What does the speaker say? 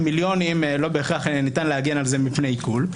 מיליונים לא בהכרח ניתן להגן על זה מפני עיקול.